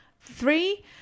three